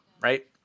right